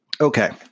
Okay